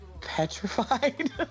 petrified